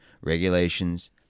regulations